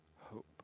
hope